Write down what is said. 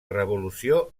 revolució